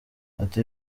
ati